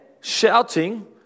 shouting